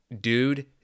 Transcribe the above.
dude